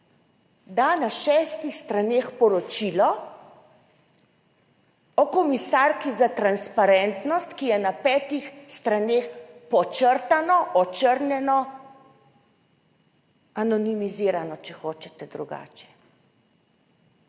da na šestih straneh poročilo o komisarki za transparentnost, ki je na petih straneh podčrtano, očrnjeno, anonimizirano, če hočete drugače.